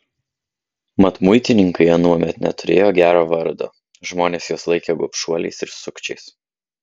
mat muitininkai anuomet neturėjo gero vardo žmonės juos laikė gobšuoliais ir sukčiais